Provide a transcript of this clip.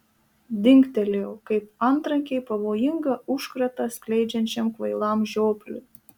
dingtelėjo kaip antrankiai pavojingą užkratą skleidžiančiam kvailam žiopliui